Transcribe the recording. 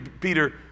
Peter